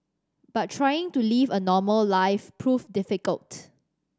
but trying to live a normal life proved difficult